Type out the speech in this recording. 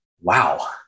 Wow